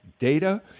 data